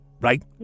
Right